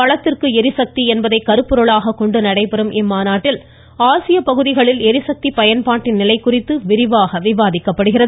வளத்திற்கு ளிசக்தி என்பதை கருப்பொருளாகக் கொண்டு நடைபெறும் இந்த மாநாட்டில் ஆசிய பகுதிகளில் ளிசக்தி பயன்பாட்டின் நிலை குறித்து விரிவாக விவாதிக்கப்படுகிறது